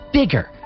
bigger